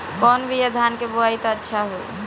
कौन बिया धान के बोआई त अच्छा होई?